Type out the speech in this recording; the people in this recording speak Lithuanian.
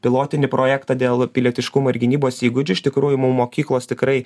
pilotinį projektą dėl pilietiškumo ir gynybos įgūdžių iš tikrųjų mum mokyklos tikrai